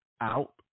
out